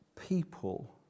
people